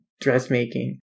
dressmaking